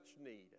need